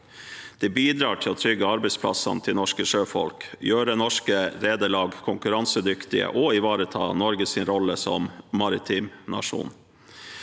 Det bidrar til å trygge arbeidsplassene til norske sjøfolk, gjøre norske rederier konkurransedyktige og ivareta Norges rolle som maritim nasjon.